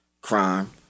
Crime